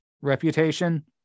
reputation